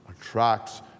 attracts